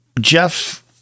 Jeff